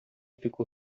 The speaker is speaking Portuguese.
ficou